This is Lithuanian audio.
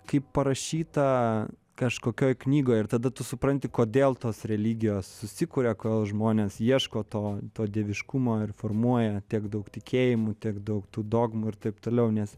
kaip parašyta kažkokioj knygoj ir tada tu supranti kodėl tos religijos susikuria kol žmonės ieško to to dieviškumo ir formuoja tiek daug tikėjimų tiek daug tų dogmų ir taip toliau nes